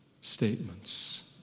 statements